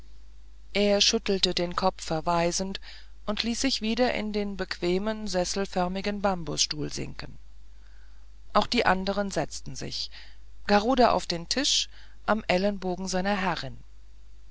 er schüttelte seinen kopf verweisend und ließ sich wieder in den bequemen sesselförmigen bambusstuhl sinken auch die anderen setzten sich garuda auf den tisch am ellenbogen seiner herrin